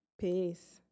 Peace